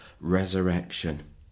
Resurrection